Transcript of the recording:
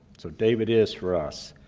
so david is for us,